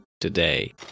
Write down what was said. today